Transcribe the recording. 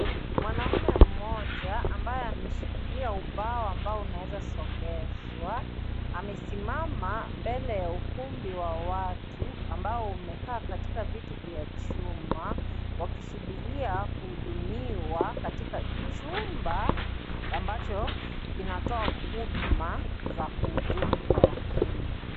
Mwanaume mmoja ambaye ameshikilia ubao ambao unaezasogezwa, amesimama mbele ya ukumbi wa watu ambao wamekaa katika viti vya chuma wakisubiria kuhudumiwa katika jumba ambacho kinatoa huduma za kuhudumu kwa wakenya.